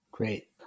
Great